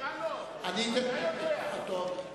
אתה לא, אתה יודע.